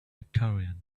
victorian